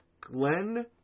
Glenn